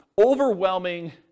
overwhelming